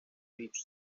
each